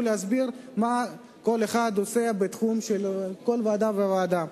להסביר מה כל אחד עושה בתחום של כל ועדה וועדה.